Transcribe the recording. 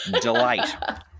delight